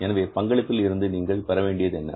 எனவே பங்களிப்பில் இருந்து நீங்கள் பெற வேண்டியது என்ன